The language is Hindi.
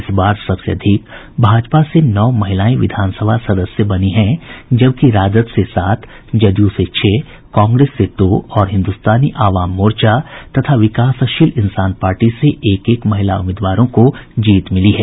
इस बार सबसे अधिक भाजपा से नौ महिलाएं विधानसभा सदस्य बनी हैं जबकि राजद से सात जदयू से छह कांग्रेस से दो और हिन्दुस्तानी आवाम मोर्चा तथा विकासशील इंसान पार्टी से एक एक महिला उम्मीदवारों की जीत मिली हैं